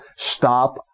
Stop